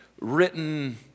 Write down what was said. written